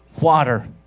water